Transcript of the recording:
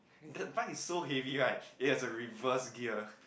that bike is so heavy right it has a reverse gear